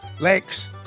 lakes